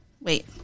wait